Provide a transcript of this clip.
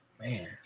man